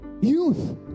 Youth